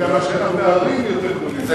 לכן גם הפערים הם יותר גדולים.